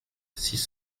six